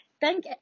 Thank